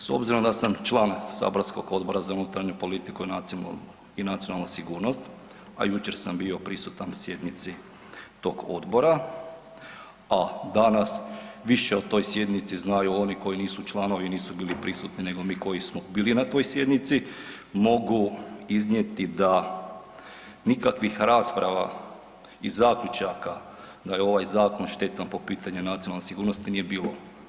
S obzirom da sam član saborskog Odbora za unutarnju politiku i nacionalnu sigurnost a jučer sam bio prisutan sjednici tog odbora a danas više o toj sjednici znaju oni koji nisu članovi i nisu bili prisutni nego mi koji smo bili na toj sjednici, mogu iznijeti da nikakvih rasprava i zaključaka da je ovaj zakon štetan po pitanju nacionalne sigurnosti nije bilo.